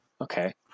Okay